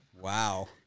Wow